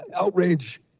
outrage